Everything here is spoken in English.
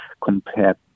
compared